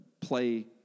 play